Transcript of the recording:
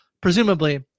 presumably